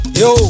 yo